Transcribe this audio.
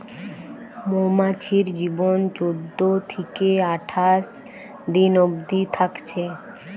মৌমাছির জীবন চোদ্দ থিকে আঠাশ দিন অবদি থাকছে